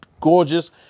gorgeous